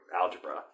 algebra